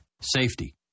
Safety